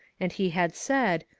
and he had said,